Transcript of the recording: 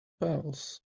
pals